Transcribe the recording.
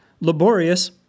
Laborious